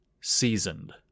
seasoned